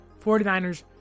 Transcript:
49ers